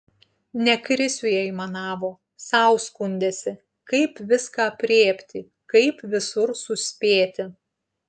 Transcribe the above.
ne krisiui aimanavo sau skundėsi kaip viską aprėpti kaip visur suspėti